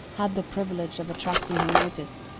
had the privilege of attracting her notice.